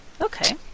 Okay